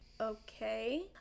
okay